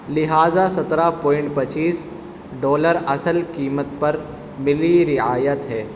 لہذا سترہ پوائنٹ پچیس ڈالر اصل قیمت پر ملی رعایت ہے